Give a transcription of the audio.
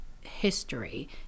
history